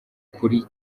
kuri